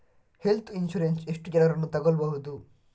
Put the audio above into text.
Health insurance ಎಷ್ಟು ಜನರನ್ನು ತಗೊಳ್ಬಹುದು?